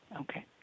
okay